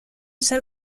ser